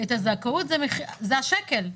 את הזכאות זה השקל.